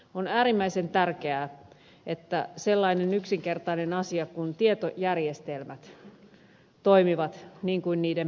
on äärimmäisen tärkeää että sellainen yksinkertainen asia kuin tietojärjestelmät toimivat niin kuin niiden pitää